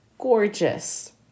gorgeous